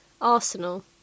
Arsenal